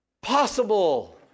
possible